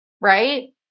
right